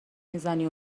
میزنی